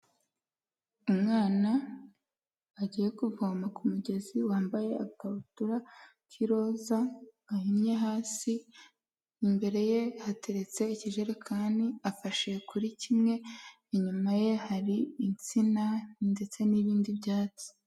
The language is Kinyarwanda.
Umwana wagiye kuvoma ku mugezi, wambaye agakabutura k'iroza gahinnye hasi, imbere ye hateretse ikijerekani, afashe kuri kimwe, inyuma ye hari insina ndetse n'ibindi byatsi.